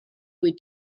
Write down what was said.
wyt